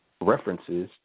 references